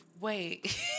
Wait